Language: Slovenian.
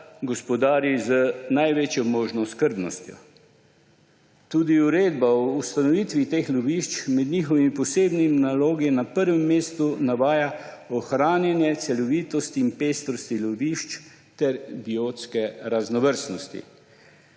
gospodari z največjo možno skrbnostjo. Tudi uredba o ustanovitvi teh lovišč med njihovimi posebnimi nalogami na prvem mestu navaja ohranjanje celovitosti in pestrosti lovišč ter biotske raznovrstnosti.